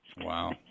Wow